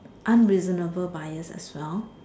unreasonable buyers as well